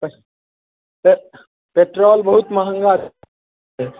पेह पे पेट्रोल बहुत महगा छै